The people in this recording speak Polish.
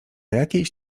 jakiejś